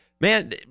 Man